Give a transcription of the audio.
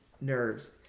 nerves